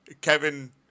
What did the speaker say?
Kevin